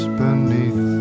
beneath